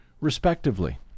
respectively